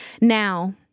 Now